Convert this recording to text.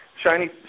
shiny